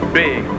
big